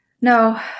No